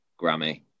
Grammy